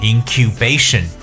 Incubation